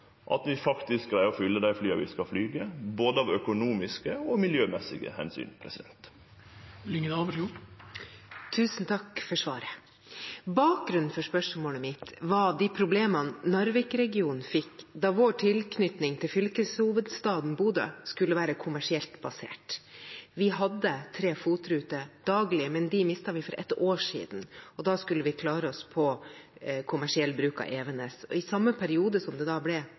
at vi faktisk greier å fylle dei flya vi skal flyge, både av økonomiske og av miljømessige omsyn. Tusen takk for svaret. Bakgrunnen for spørsmålet mitt var de problemene Narvik-regionen fikk da vår tilknytning til fylkeshovedstaden Bodø skulle være kommersielt basert. Vi hadde tre FOT-ruter daglig, men dem mistet vi for et år siden, og da skulle vi klare oss med kommersiell bruk av Evenes. I samme periode som det ble flere passasjerer, ble